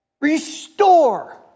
Restore